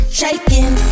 shaking